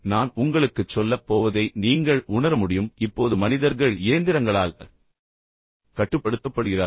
நான் உங்களுக்குச் சொல்லப் போவதை நீங்கள் உணர முடியும் இப்போது மனிதர்கள் இயந்திரங்களால் கட்டுப்படுத்தப்படுகிறார்கள்